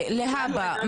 אני רוצה להבין,